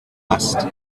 bust